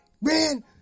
man